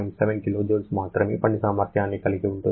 7 kJ మాత్రమే పని సామర్థ్యాన్ని కలిగి ఉంటుంది